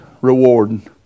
rewarding